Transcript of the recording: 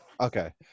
Okay